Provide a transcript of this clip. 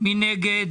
מי נגד?